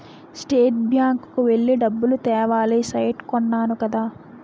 state bank కి వెళ్లి డబ్బులు తేవాలి సైట్ కొన్నాను కదా